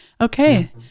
okay